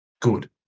Good